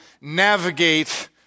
navigate